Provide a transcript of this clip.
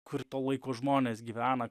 kur to laiko žmonės gyvena